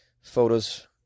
photos